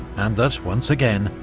and that once again,